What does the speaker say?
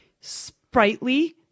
sprightly